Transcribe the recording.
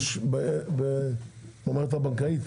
יש במערכת הבנקאית?